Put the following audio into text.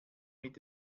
mit